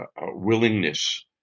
willingness